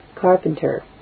carpenter